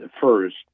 first